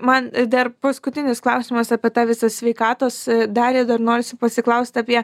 man dar paskutinis klausimas apie tą visą sveikatos dalį dar norisi pasiklaust apie